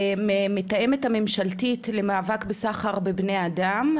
מהמתאמת הממשלתית למאבק בסחר בבני אדם,